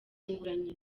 nyina